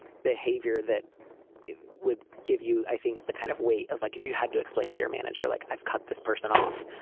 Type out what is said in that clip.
behavior that would give you, i think, the kind of way. like if you had to explain to your manager, like, i've cut this person off.